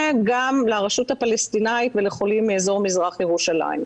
גם לרשות הפלשתינאית ולחולים מאזור מזרח ירושלים.